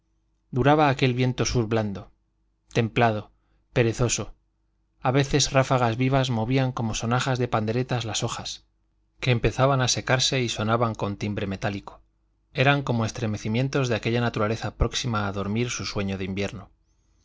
duraba aquel viento sur blando templado perezoso a veces ráfagas vivas movían como sonajas de panderetas las hojas que empezaban a secarse y sonaban con timbre metálico eran como estremecimientos de aquella naturaleza próxima a dormir su sueño de invierno